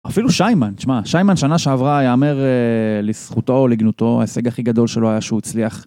אפילו שיימן, שמע, שיימן שנה שעברה, יאמר לזכותו, לגנותו, ההישג הכי גדול שלו היה שהוא הצליח.